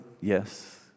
Yes